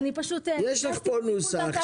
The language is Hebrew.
יש לך כאן נוסח,